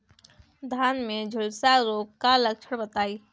धान में झुलसा रोग क लक्षण बताई?